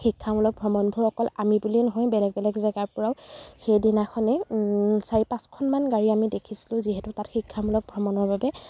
শিক্ষামূলক ভ্ৰমণবোৰ অকল আমি বুলিয়েই নহয় বেলেগ বেলেগ জেগাৰপৰাও সেইদিনাখনে চাৰি পাঁচখনমান গাড়ী আমি দেখিছিলো যিহেতু তাত শিক্ষামূলক ভ্ৰমণৰ বাবে